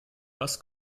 was